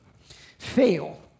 fail